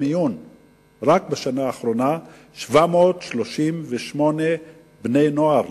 אני רואה שבשנה האחרונה הגיעו לחדרי מיון 738 בני נוער.